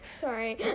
Sorry